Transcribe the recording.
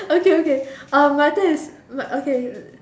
okay okay um my turn is my okay